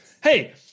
Hey